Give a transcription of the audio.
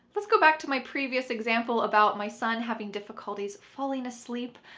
let's go back to my previous example about my son having difficulties falling asleep.